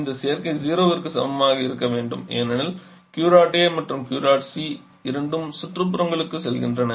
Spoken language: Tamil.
இந்த சேர்க்கை 0 ற்கு சமமாக இருக்க வேண்டும் ஏனெனில் Q dot A மற்றும் Q dot C இரண்டும் சுற்றுப்புறங்களுக்கு செல்கின்றன